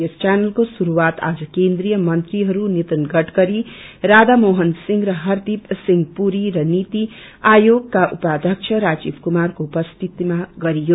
यस चैनलको श्रुस्आत आज केन्द्रिय मंत्रीहरू नीतिन गड़करी राधामोहन सिंह र हरदीप सिंह पूरी र नीति आयोगका उपाध्यक्ष राजीव कुमारको उपस्थितिमा गरियो